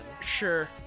Sure